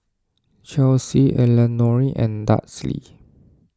Chelsie Elenore and Dudley